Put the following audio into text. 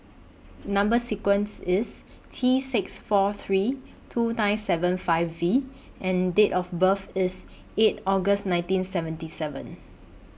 Number sequence IS T six four three two nine seven five V and Date of birth IS eight August nineteen seventy seven